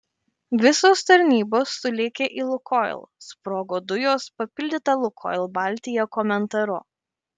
visos tarnybos sulėkė į lukoil sprogo dujos papildyta lukoil baltija komentaru